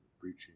preaching